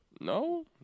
No